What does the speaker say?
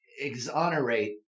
exonerate